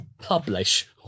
publish